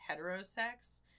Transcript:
heterosex